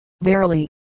Verily